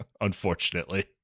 Unfortunately